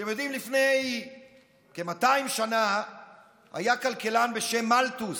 אתם יודעים, לפני כ-200 שנה היה כלכלן בשם מלתוס,